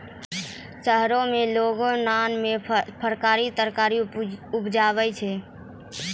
शहरो में लोगों लान मे फरकारी तरकारी उपजाबै छै